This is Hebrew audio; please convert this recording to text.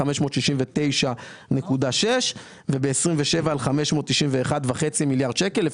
569.6 וב-27' על 591.5 מיליארד שקל.